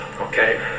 okay